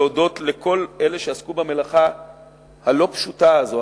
להודות לכל אלה שעסקו במלאכה הלא-פשוטה הזאת,